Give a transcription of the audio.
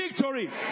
victory